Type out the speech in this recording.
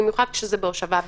במיוחד כשזה בהושבה בלבד,